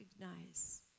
recognize